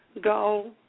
go